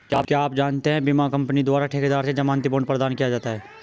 क्या आप जानते है बीमा कंपनी द्वारा ठेकेदार से ज़मानती बॉण्ड प्रदान किया जाता है?